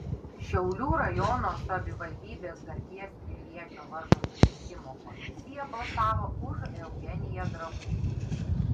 šiaulių rajono savivaldybės garbės piliečio vardo suteikimo komisija balsavo už eugeniją dragūnienę